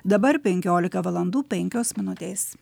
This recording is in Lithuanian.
dabar penkiolika valandų penkios minutės